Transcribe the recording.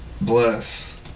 bless